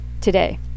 today